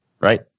Right